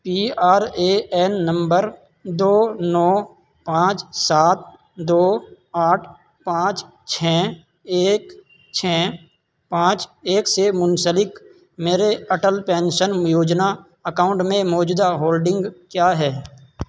P R A N number دو نو پانچ سات دو آٹھ پانچ چھ ایک چھ پانچ ایک سے منسلک میرے اٹل پینشن یوجنا اکاؤنٹ میں موجودہ ہولڈنگ کیا ہے